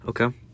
Okay